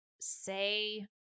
say